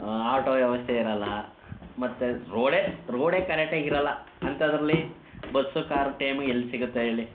auto ವ್ಯವಸ್ಥೆ ಇರಲ್ಲ ಮತ್ತು ರೋಡೇ ರೋಡೇ ಕರೆಕ್ಟಾಗಿರಲ್ಲ ಅಂಥದ್ರಲ್ಲಿ ಬಸ್ಸು ಕಾರು ಟೈಮಿಗೆ ಎಲ್ಲಿ ಸಿಗುತ್ತೆ ಹೇಳಿ